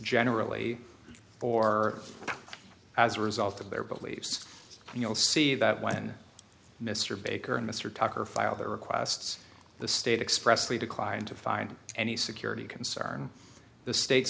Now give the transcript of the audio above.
generally or as a result of their beliefs and you'll see that when mr baker and mr tucker filed their requests the state expressly declined to find any security concern the sta